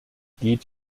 geht